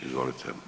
Izvolite.